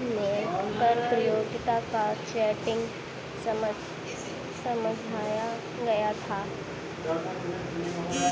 में कर प्रतियोगिता का चैप्टर समझाया गया था